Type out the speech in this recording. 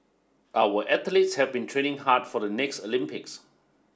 our athletes have been training hard for the next Olympics